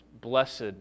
blessed